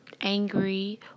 angry